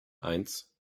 eins